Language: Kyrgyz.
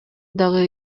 дагы